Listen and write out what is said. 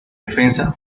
defensa